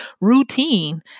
routine